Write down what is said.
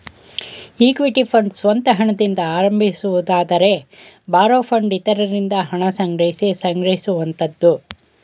equity fund ಸ್ವಂತ ಹಣದಿಂದ ಆರಂಭಿಸುವುದಾದರೆ ಬಾರೋ ಫಂಡ್ ಇತರರಿಂದ ಹಣ ಸಂಗ್ರಹಿಸಿ ಸಂಗ್ರಹಿಸುವಂತದ್ದು